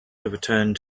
overturned